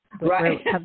Right